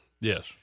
Yes